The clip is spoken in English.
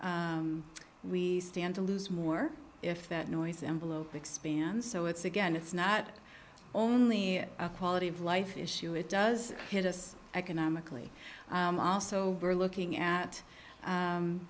we stand to lose more if that noise envelope expands so it's again it's not only a quality of life issue it does hit us economically also we're looking at